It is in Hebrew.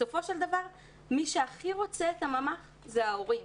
בסופו של דבר מי שהכי רוצה את הממ"ח זה ההורים,